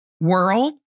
world